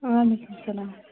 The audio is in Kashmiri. وعلیکُم اسلام